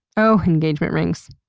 oh engagement rings.